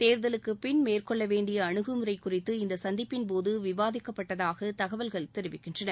தேர்தலுக்கு பின் மேற்கொள்ள வேண்டிய அணுகுமுறை குறித்து இந்த சந்திப்பின் போது விவாதிக்கப்பட்டதாக தகவல்கள் தெரிவிக்கின்றன